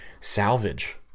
salvage